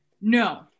No